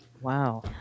Wow